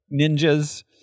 ninjas